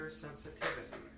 sensitivity